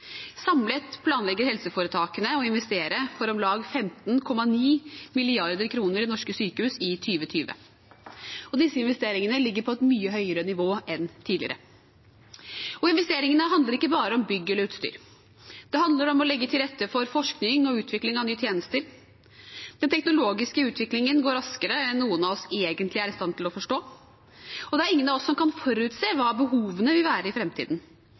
Samlet planlegger helseforetakene å investere for om lag 15,9 mrd. kr i norske sykehus i 2020. Disse investeringene ligger på et mye høyere nivå enn tidligere. Investeringene handler ikke bare om bygg eller utstyr. Det handler om å legge til rette for forskning og utvikling av nye tjenester. Den teknologiske utviklingen går raskere enn noen av oss egentlig er i stand til å forstå. Det er ingen av oss som kan forutse hva behovene vil være i